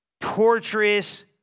torturous